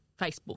Facebook